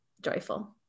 joyful